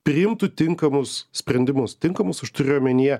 priimtų tinkamus sprendimus tinkamus aš turiu omenyje